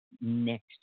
next